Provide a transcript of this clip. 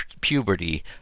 puberty